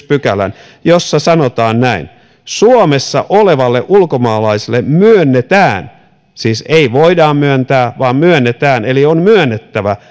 pykälän jossa sanotaan näin suomessa olevalle ulkomaalaiselle myönnetään siis ei voida myöntää vaan myönnetään eli on myönnettävä